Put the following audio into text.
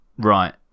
Right